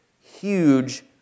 huge